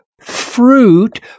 fruit